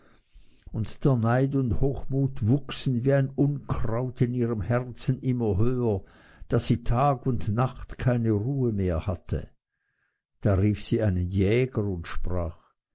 und der neid und hochmut wuchsen wie ein unkraut in ihrem herzen immer höher daß sie tag und nacht keine ruhe mehr hatte da rief sie einen jäger und sprach